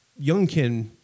Youngkin